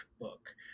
book